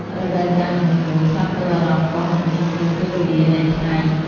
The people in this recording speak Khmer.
រដូវកាលនីមួយៗផ្លាស់ប្តូរអារម្មណ៍របស់មនុស្សចំពោះពេលវេលានៃថ្ងៃ។